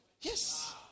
Yes